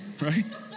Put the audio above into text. Right